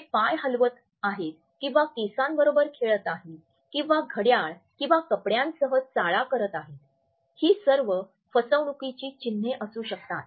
ते पाय हालवत आहेत किंवा केसांबरोबर खेळत आहेत किंवा घड्याळ किंवा कपड्यांसह चाळा करत आहेत ही सर्व फसवणूकीची चिन्हे असू शकतात